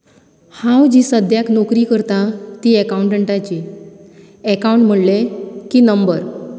हांव जी सद्याक नोकरी करता ती ऍकाउटंटाची ऍकाउंट म्हणले की नंबर